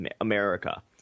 America